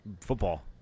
football